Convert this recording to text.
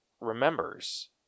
remembers